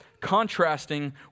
contrasting